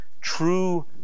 True